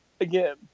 again